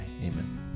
amen